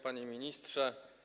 Panie Ministrze!